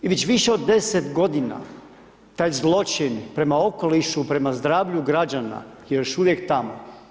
I već više od 10 godina taj zločin prema okolišu, prema zdravlju građana je još uvijek tamo.